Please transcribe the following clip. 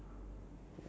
oh